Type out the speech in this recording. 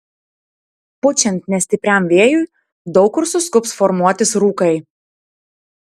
pučiant nestipriam vėjui daug kur suskubs formuotis rūkai